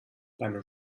beim